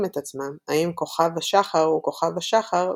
את עצמם האם כוכב השחר הוא כוכב השחר,